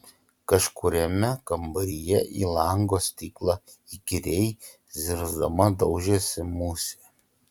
kažkuriame kambaryje į lango stiklą įkyriai zirzdama daužėsi musė